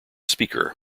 speaker